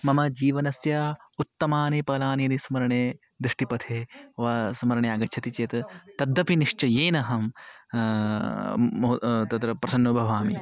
मम जीवनस्य उत्तमानि फलानि यदि स्मरणे दृष्टिपथे वा स्मरणे आगच्छति चेत् तदापि निश्चयेन अहं मोदे तत्र प्रसन्नो भवामि